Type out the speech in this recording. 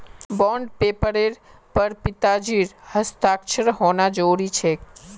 bond पेपरेर पर पिताजीर हस्ताक्षर होना जरूरी छेक